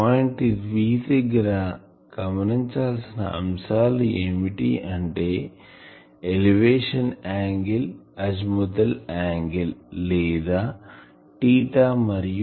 point P దగ్గర గమనించవల్సిన ఆంశాలు ఏమిటి అంటే ఎలివేషన్ యాంగిల్ అజిముత్ యాంగిల్ లేదా మరియు